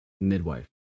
Midwife